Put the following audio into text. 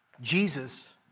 Jesus